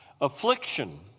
Affliction